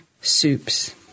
soups